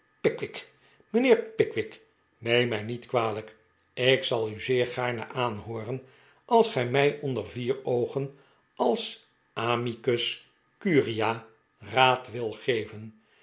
pickwick mijnheer pickwick neem mij niet kwalijk ik zal u zeer gaarne aanhooren als gij mij onder vier oogen als amicus curiae raad wilt geven